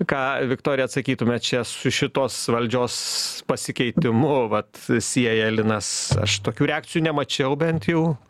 ką viktorija atsakytum čia su šitos valdžios pasikeitimu vat sieja linas aš tokių reakcijų nemačiau bent jau